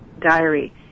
diary